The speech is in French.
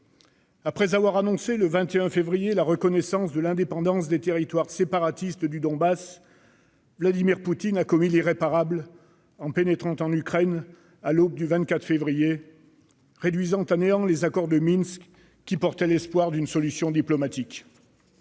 Après avoir annoncé, le 21 février, la reconnaissance de l'indépendance des territoires séparatistes du Donbass, Vladimir Poutine a commis l'irréparable en pénétrant en Ukraine à l'aube du 24 février, réduisant à néant les accords de Minsk, qui portaient l'espoir d'une solution diplomatique.